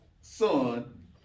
son